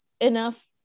Enough